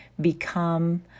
become